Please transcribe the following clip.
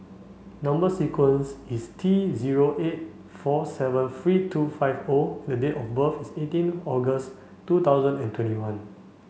number sequence is T zero eight four seven three two five O and date of birth is eighteen August two thousand and twenty one